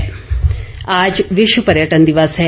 पर्यटन दिवस आज विश्व पर्यटन दिवस है